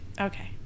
okay